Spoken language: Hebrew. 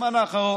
בזמן האחרון,